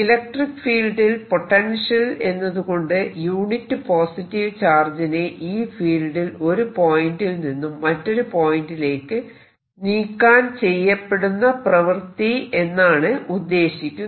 electric ഫീൽഡിൽ potential എന്നതുകൊണ്ട് unit positive ചാർജിനെ ഈ ഫീൽഡിൽ ഒരു പോയിന്റിൽ നിന്നും മറ്റൊരു പോയിന്റിലേക്ക് നീക്കാൻ ചെയ്യപ്പെടുന്ന പ്രവൃത്തി എന്നാണ് ഉദ്ദേശിക്കുന്നത്